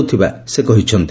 ଉଥିବା ସେ କହିଛନ୍ତି